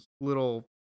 little